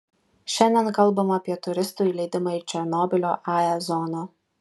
šiandien kalbama apie turistų įleidimą į černobylio ae zoną